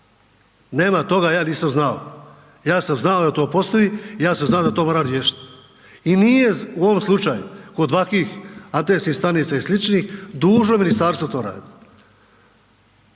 Nema toga ja nisam znao. Ja sam znao da to postoji i ja sam znao da to moram riješiti i nije u ovom slučaju kod ovakvih antenskih stanica i sličnih dužno ministarstvo to raditi.